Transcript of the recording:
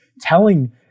telling